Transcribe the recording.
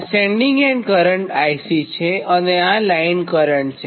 આ sending end current IC છે અને આ લાઇન કરંટ છે